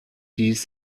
dies